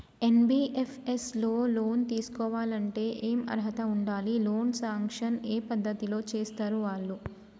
NBFS లో loan తీస్కోవాలంటే ఏం అర్హత ఉండాలి? లోన్ సాంక్షన్ ఏ పద్ధతి లో చేస్తరు వాళ్లు?